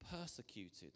Persecuted